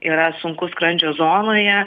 yra sunku skrandžio zonoje